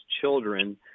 children